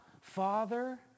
Father